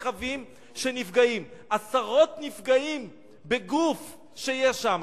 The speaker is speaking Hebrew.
עשרות רכבים שנפגעים, עשרות נפגעים בגוף שיש שם,